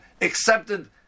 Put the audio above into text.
accepted